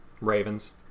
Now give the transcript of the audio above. Ravens